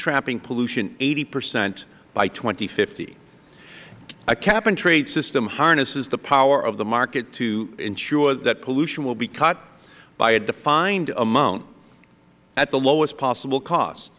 trapping pollution eighty percent by two thousand and fifty a cap and trade system harnesses the power of the market to ensure that pollution will be cut by a defined amount at the lowest possible cost